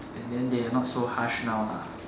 and then they are not so harsh now lah